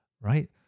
right